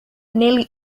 nearly